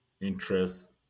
interest